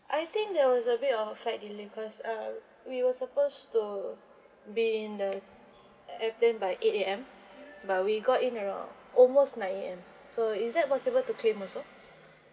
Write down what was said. I think there was a bit of flight delay cause uh we were supposed to be in the airplane by eight A_M but we got in around almost nine A_M so is that possible to claim also